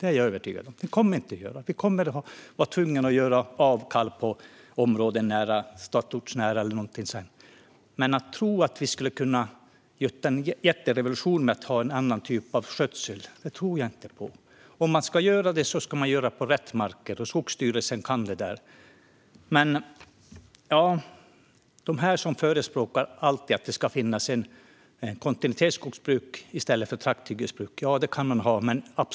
Det är jag övertygad om. Det kommer vi inte att göra. Vi kommer att vara tvungna att göra avkall på tätortsnära områden och sådant. Att vi skulle ha kunnat göra en jätterevolution med en annan typ av skötsel, det tror jag inte på. Om man ska göra det så ska man göra det på rätt marker, och Skogsstyrelsen kan det där. Den finns de som alltid förespråkar kontinuitetsskogsbruk i stället för trakthyggesbruk, och det kan man absolut ha.